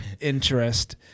interest